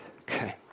Okay